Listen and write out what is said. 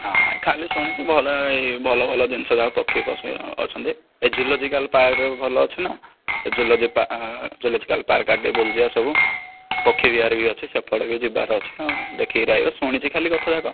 ନାହିଁ ଖାଲି ଶୁଣିଛୁ ଭଲ ଏହି ଭଲ ଭଲ ଜିନିଷ ଏ ପକ୍ଷୀ ପଶୁ ସବୁ ଅଛନ୍ତି ଏ ଜୁଲୋଜିକାଲ ପାର୍କରେ ବି ଭଲ ଅଛି ନା ସେ ଜୁଲୋଜି ପାର୍କ ଜୁଲୋଜିକାଲ ପାର୍କ ଆଡ଼େ ଟିକେ ବୁଲି ଯିବା ସବୁ ପକ୍ଷୀ ବିହାର ବି ଅଛି ସେପଟେ ବି ଯିବାର ଅଛି ନା ଆଉ ଦେଖିକରି ଆସିବା ଶୁଣିଛି ଖାଲି କଥା ଯାକ